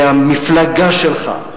והמפלגה שלך,